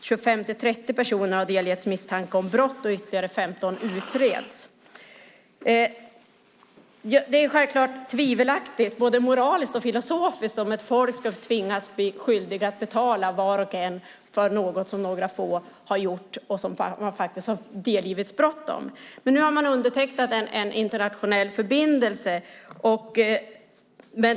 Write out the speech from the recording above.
25-30 personer har delgivits misstanke om brott, och ytterligare 15 utreds. Det är självklart tvivelaktigt både moraliskt och filosofiskt om ett folk ska tvingas bli skyldigt att betala, var och en, för något som några få har gjort och delgivits brottsmisstanke om. Men nu har man undertecknat en internationell förbindelse.